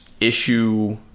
issue